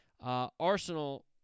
Arsenal